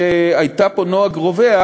שהייתה פה נוהג רווח,